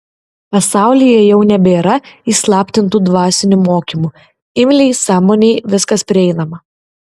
pasaulyje jau nebėra įslaptintų dvasinių mokymų imliai sąmonei viskas prieinama